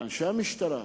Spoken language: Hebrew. לאנשי המשטרה,